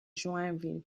joinville